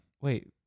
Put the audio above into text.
wait